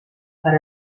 per